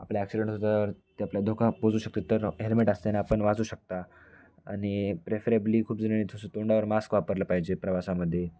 आपल्या ॲक्सिडेंट हो तर ते आपल्याला धोका पोहचू शकते तर हेल्मेट असताना आपण वाचू शकता आणि प्रेफरेबली खूप जणानी जसं तोंडावर मास्क वापरलं पाहिजे प्रवासामध्ये